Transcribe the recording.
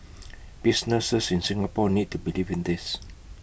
businesses in Singapore need to believe in this